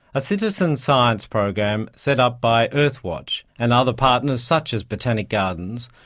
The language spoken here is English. a citizen-science program set up by earthwatch and other partners such as botanic gardens,